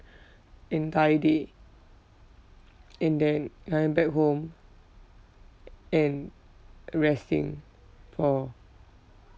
entire day and then I am back home and resting for